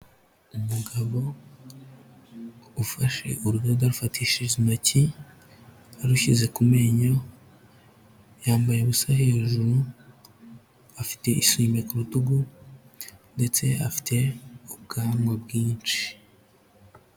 Umugabo ufashe urudodo arufatishije intoki arushyize ku menyo yambaye ubusa hejuru afite eswime ku rutugu ndetse afite ubwanwa bwinshi.